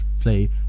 play